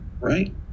Right